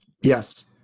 Yes